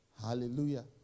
Hallelujah